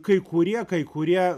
kai kurie kai kurie